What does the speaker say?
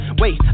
Wait